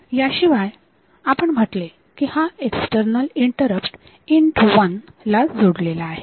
याशिवाय आपण म्हटले की हा एक्स्टर्नल इंटरप्ट INT1 ला जोडलेला आहे